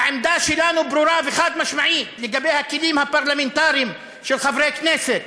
העמדה שלנו ברורה וחד-משמעית לגבי הכלים הפרלמנטריים של חברי הכנסת,